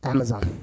Amazon